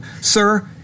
Sir